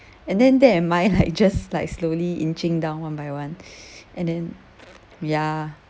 and then there am I like just like slowly inching down one by one and then ya